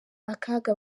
akaga